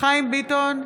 חיים ביטון,